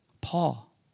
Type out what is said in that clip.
Paul